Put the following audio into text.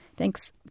Thanks